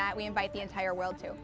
that we invite the entire world too